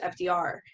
FDR